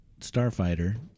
starfighter